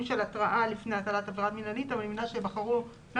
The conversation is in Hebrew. של התראה לפני הטלת עבירה מינהלית אבל אני מבינה שבחרו לא